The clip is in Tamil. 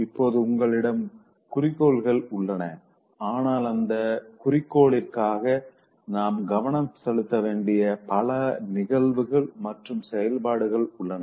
இப்போது உங்களிடம் குறிக்கோள்கள் உள்ளன ஆனால் அந்த குறிக்கோளுக்காக நாம் கவனம் செலுத்த வேண்டிய பல நிகழ்வுகள் மற்றும் செயல்பாடுகள் உள்ளன